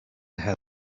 helped